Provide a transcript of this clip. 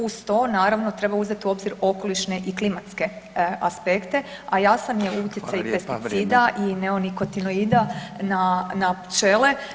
Uz to naravno treba uzeti u obzir okolišne i klimatske aspekte, a jasan je utjecaj i pesticida [[Upadica: Hvala lijepa, vrijeme.]] i neonikotinoida na pčele.